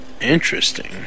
Interesting